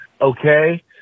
okay